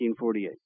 1948